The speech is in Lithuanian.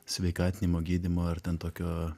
sveikatinimo gydymo ar ten tokio